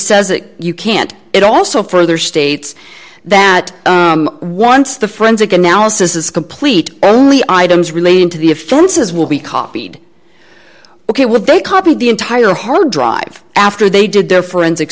says that you can't it also further states that once the forensic analysis is complete only items relating to the offenses will be copied ok with they copied the entire hard drive after they did their forensic